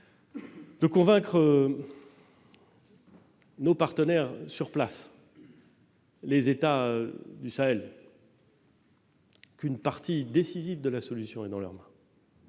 de convaincre nos partenaires sur place, les États du Sahel, qu'une partie décisive de la solution se trouve dans leurs mains